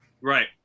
Right